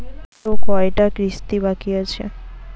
আরো কয়টা কিস্তি বাকি আছে?